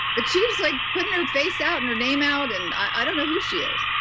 but she was like putting her face out and her name out, and i don't know who she is.